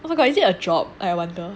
oh my god is it a job I wonder